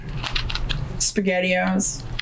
Spaghettios